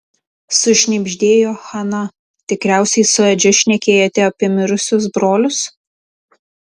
sušnibždėjo hana tikriausiai su edžiu šnekėjote apie mirusius brolius